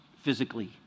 physically